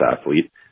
athlete